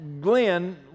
Glenn